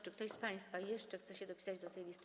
Czy ktoś z państwa jeszcze chce się dopisać do tej listy?